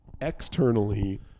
externally